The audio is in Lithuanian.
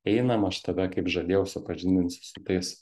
einam aš tave kaip žadėjau supažindinsiu su tais